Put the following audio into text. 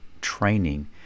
training